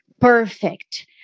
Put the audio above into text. perfect